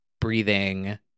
breathing